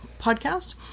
podcast